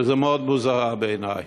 וזה מאוד מוזר בעיני.